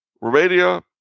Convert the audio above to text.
Romania